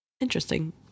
Interesting